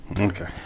Okay